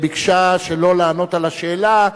וביקשה שלא לענות על השאלה,